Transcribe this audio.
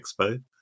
Expo